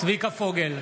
צביקה פוגל,